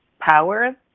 power